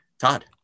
Todd